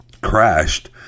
crashed